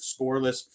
scoreless